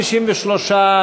53,